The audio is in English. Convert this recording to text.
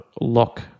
lock